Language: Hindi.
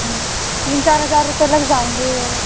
हूं तीन चार हजार रुपये लग जाएँगे